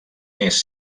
més